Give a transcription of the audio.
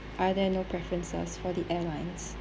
are there no preferences for the airlines